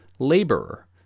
laborer